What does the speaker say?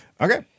Okay